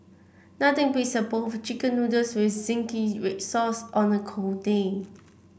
nothing beats a bowl of chicken noodles with zingy red sauce on a cold day